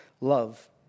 love